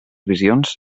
visions